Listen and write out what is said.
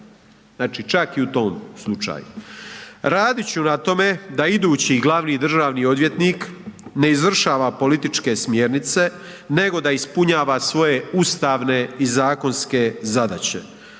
znači čak i u tom slučaju. Radit ću na tome da idući glavni državni odvjetnik ne izvršava političke smjernice, nego da ispunjava svoje ustavne i zakonske zadaće.